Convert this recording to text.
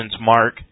Mark